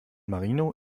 marino